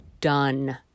done